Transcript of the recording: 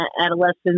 adolescents